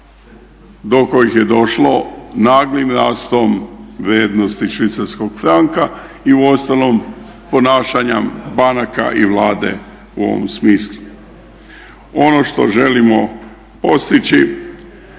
do kojih je došlo naglim rastom vrijednosti švicarskog franka i u ostalom ponašanja banaka i vlade u ovom smislu. Ono što želimo postići